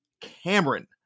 Cameron